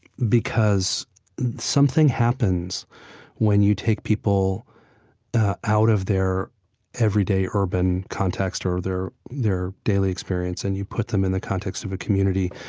because something happens when you take people ah out out of their everyday urban context or their their daily experience and you put them in the context of a community.